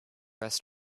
rest